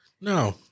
No